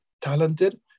talented